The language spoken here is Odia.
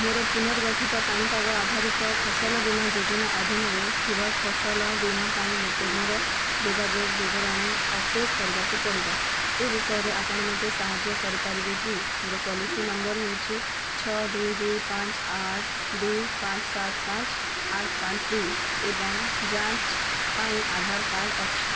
ମୋର ପୁନର୍ଗଠିତ ପାଣିପାଗ ଆଧାରିତ ଫସଲ ବୀମା ଯୋଜନା ଅଧୀନରେ ଥିବା ଫସଲ ବୀମା ପାଇଁ ମୋତେ ମୋର ଯୋଗାଯୋଗ ବିବରଣୀ ଅପଡ଼େଟ୍ କରିବାକୁ ପଡ଼ିବ ଏ ବିଷୟରେ ଆପଣ ମୋତେ ସାହାଯ୍ୟ କରିପାରିବେ କି ମୋର ପଲିସି ନମ୍ବର ହେଉଛି ଛଅ ଦୁଇ ଦୁଇ ପାଞ୍ଚ ଆଠ ଦୁଇ ପାଞ୍ଚ ସାତ ପାଞ୍ଚ ଆଠ ପାଞ୍ଚ ଦୁଇ ଏବଂ ଯାଞ୍ଚ ପାଇଁ ଆଧାର କାର୍ଡ଼ ଅଛି